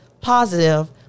Positive